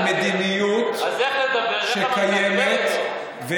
על מדיניות שקיימת, אז לך תדבר.